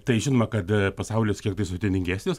tai žinoma kad pasaulis kiek tai sudėtingesnis